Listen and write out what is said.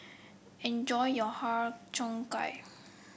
enjoy your Har Cheong Gai